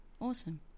Awesome